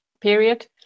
period